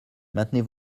maintenez